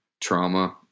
trauma